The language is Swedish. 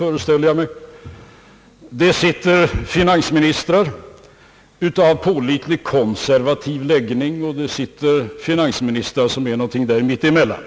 På andra håll sitter det finansministrar med pålitlig konservativ läggning, och det finns finansministrar som är någonting mitt emellan.